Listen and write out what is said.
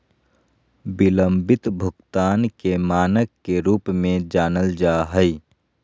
बिलम्बित भुगतान के मानक के रूप में जानल जा हइ